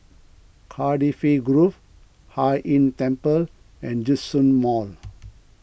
Cardifi Grove Hai Inn Temple and Djitsun Mall